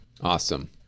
Awesome